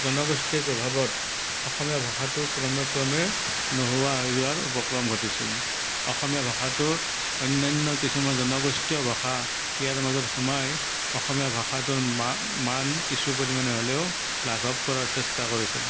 জনগোষ্ঠীৰ প্ৰভাৱত অসমীয়া ভাষাটো ক্ৰমে ক্ৰমে নোহোৱা হৈ যোৱাৰ উপক্ৰম ঘটিছিল অসমীয়া ভাষাটোত অন্যান্য কিছুমান জনগোষ্ঠীয় ভাষা ইয়াৰ মাজত সোমাই অসমীয়া ভাষাটোৰ মা মান কিছু পৰিমাণে হলেও লাঘৱ কৰাৰ চেষ্টা কৰিছিল